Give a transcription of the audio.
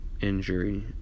injury